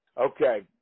Okay